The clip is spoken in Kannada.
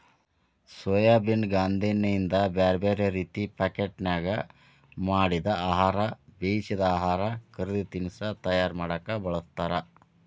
ಸೋಯಾಬೇನ್ ಗಾಂದೇಣ್ಣಿಯಿಂದ ಬ್ಯಾರ್ಬ್ಯಾರೇ ರೇತಿ ಪಾಕೇಟ್ನ್ಯಾಗ ಮಾಡಿದ ಆಹಾರ, ಬೇಯಿಸಿದ ಆಹಾರ, ಕರದ ತಿನಸಾ ತಯಾರ ಮಾಡಕ್ ಬಳಸ್ತಾರ